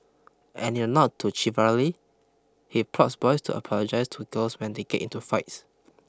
and in a nod to chivalry he prods boys to apologise to girls when they get into fights